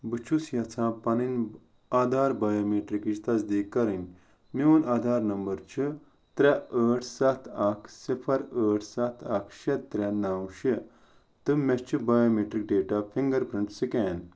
بہٕ چھُس یژھان پنٕنۍ آدھار بایومیٹرکٕچ تصدیٖق کرٕنۍ میٛون آدھار نمبر چھُ ترٛےٚ ٲٹھ ستھ اکھ صفر ٲٹھ ستھ اکھ شےٚ ترٛےٚ نَو شےٚ تہٕ مےٚ چھُ biometric data finger print scan